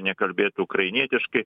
nekalbėtų ukrainietiškai